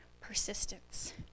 persistence